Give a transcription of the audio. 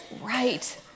right